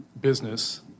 business